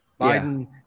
Biden